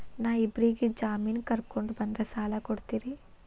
ನಾ ಇಬ್ಬರಿಗೆ ಜಾಮಿನ್ ಕರ್ಕೊಂಡ್ ಬಂದ್ರ ಸಾಲ ಕೊಡ್ತೇರಿ?